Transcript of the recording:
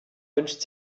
wünscht